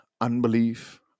unbelief